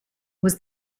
was